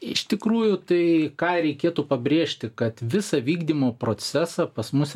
iš tikrųjų tai ką reikėtų pabrėžti kad visą vykdymo procesą pas mus